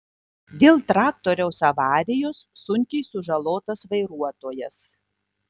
dėl traktoriaus avarijos sunkiai sužalotas vairuotojas